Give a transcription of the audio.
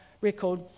record